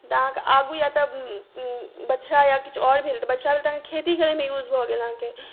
तऽ अहाँके आगू या तऽ बछड़ा या किछु आओर भेल तऽ बछड़ा भेल तऽ अहाँके खेती करैमे यूज भऽ गेल अहाँके